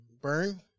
burn